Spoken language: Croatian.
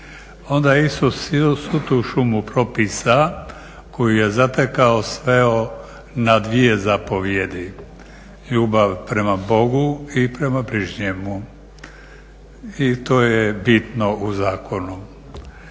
Isus i uz svu tu šumu propisa koju je zatekao sveo na dvije zapovijedi, ljubav prema Bogu i prema bližnjemu. I to je bitno u zakonu.